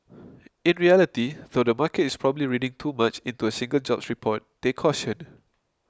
in reality though the market is probably reading too much into a single jobs report they cautioned